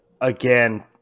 again